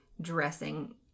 dressing